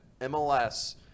MLS